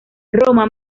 roma